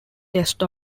test